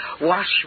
Wash